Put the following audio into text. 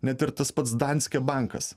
net ir tas pats danske bankas